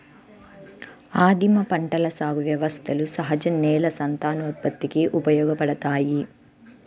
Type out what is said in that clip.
ఆదిమ పంటల సాగు వ్యవస్థలు సహజ నేల సంతానోత్పత్తికి ఉపయోగపడతాయి